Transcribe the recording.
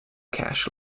cash